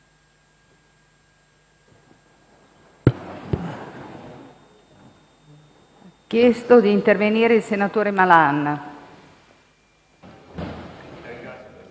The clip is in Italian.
Grazie